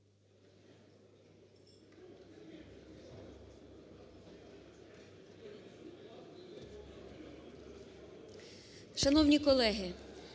Шановні колеги,